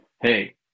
hey